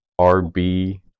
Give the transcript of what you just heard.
RB